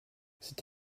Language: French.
cette